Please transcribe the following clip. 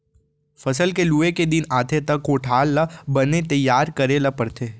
फसल के लूए के दिन आथे त कोठार ल बने तइयार करे ल परथे